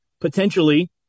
potentially